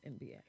NBA